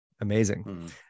Amazing